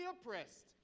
oppressed